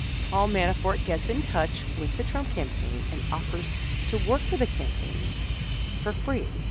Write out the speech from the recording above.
paul manafort gets in touch with the trump campaign and offers to work for the campaign for free